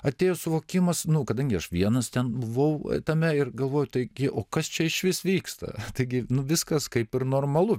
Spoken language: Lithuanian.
atėjo suvokimas nu kadangi aš vienas ten buvau tame ir galvoju taigi o kas čia išvis vyksta taigi viskas kaip ir normalu